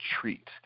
treat